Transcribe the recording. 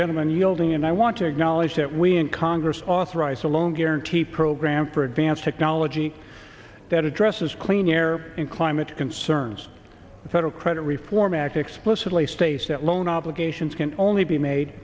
gentleman yielding and i want to acknowledge that we in congress authorized a loan guarantee program for advanced technology that addresses clean air and climate concerns the federal credit reform act explicitly states that loan obligations can only be made